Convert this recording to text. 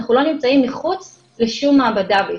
אנחנו לא נמצאים מחוץ לשום מעבדה בישראל.